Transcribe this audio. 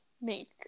make